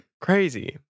Crazy